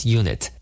unit